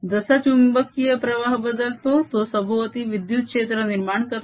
जसा चुंबकीय प्रवाह बदलतो तो सभोवती विद्युत क्षेत्र निर्माण करतो